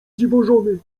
dziwożony